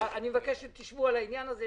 אני מבקש שתשבו על העניין הזה.